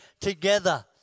together